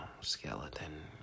skeleton